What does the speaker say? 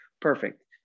Perfect